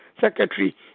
secretary. (